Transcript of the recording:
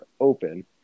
open